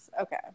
okay